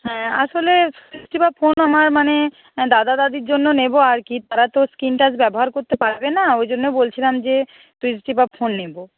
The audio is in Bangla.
হ্যাঁ আসলে সুইচ টেপা ফোন আমার মানে দাদা দাদির জন্য নেবো আর কি তারা তো স্ক্রিন টাচ ব্যবহার করতে পারবে না ওই জন্য বলছিলাম যে সুইচ টেপা ফোন নিবো